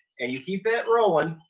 and you keep that rolling,